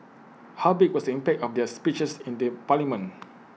how big was the impact of their speeches in the parliament